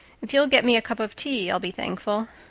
if you'll get me a cup of tea i'll be thankful.